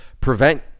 prevent